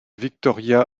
victoria